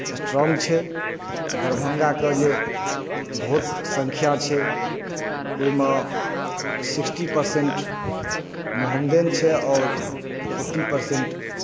strong छै दरभंगाके जे भोट संख्या छै ओहिमे सिक्सटी परसेंट मोहेमदेन छै आओर फोर्टी परसेंट